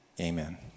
amen